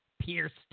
pierced